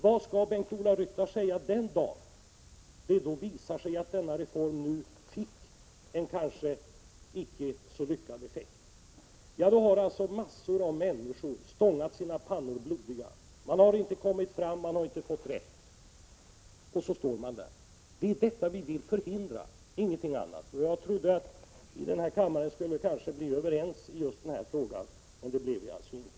Vad skall Bengt-Ola Ryttar säga den dag det visar sig att denna reform inte fick så lyckad effekt? Massor av människor har då stångat sina pannor 141 blodiga — de har inte kommit fram, de har inte fått rätt och då står de där. Det är detta vi vill förhindra, ingenting annat. Jag trodde att kammaren skulle kunna bli överens i just denna fråga, men det blev vi alltså inte.